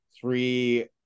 three